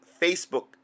Facebook